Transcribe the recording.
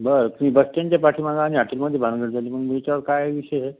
बरं तुम्ही बसस्टँडचा पाठीमागं आणि हाटेलमध्ये भानगड झाली मग विचार काय विषय आहे